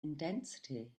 intensity